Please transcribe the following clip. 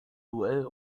duell